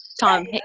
Tom